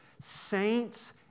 saints